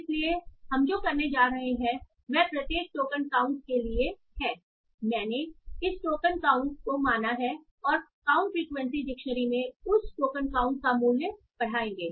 इसलिए हम जो करने जा रहे हैं वह प्रत्येक टोकन काउंट के लिए है मैंने इसे टोकन काउंट माना है और काउंट फ़्रीक्वेंसी डिक्शनरी में उस टोकन काउंट का मूल्य बढ़ाएंगे